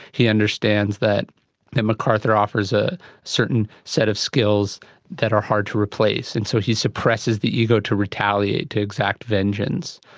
he understands that that macarthur offers a certain set of skills that are hard to replace. and so he suppresses the ego to retaliate, to exact vengeance.